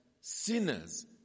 sinners